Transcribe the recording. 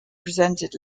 presented